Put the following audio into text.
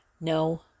no